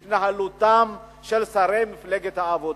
זה התנהלותם של שרי מפלגת העבודה.